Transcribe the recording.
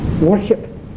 Worship